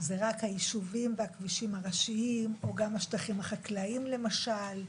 זה רק היישובים והכבישים הראשיים או גם השטחים החקלאיים למשל?